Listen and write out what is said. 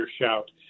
shout